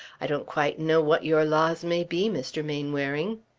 i don't quite know what your laws may be, mr. mainwaring.